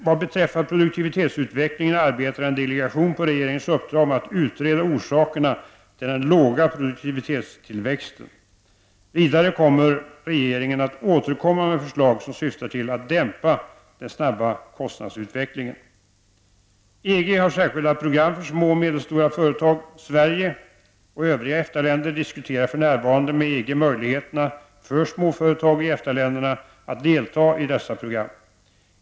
Vad beträffar produktivitetsutvecklingen arbetar en delegation på regeringens uppdrag med att utreda orsakerna till den låga produktivitetstillväxten. Vidare kommer regeringen att återkomma med förslag som syftar till att dämpa den snabba kostnadsutvecklingen. EG har särskilda program för små och medelstora företag. Sverige och övriga EFTA-länder diskuterar för närvarande med EG möjligheterna för småföretag i EFTA-länderna att delta i dessa program.